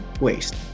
waste